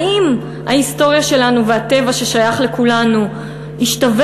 האם ההיסטוריה שלנו והטבע ששייך לכולנו ישתוו